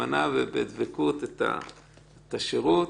נאמנה ובדבקות את השירות.